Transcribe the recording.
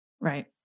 Right